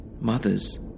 Mothers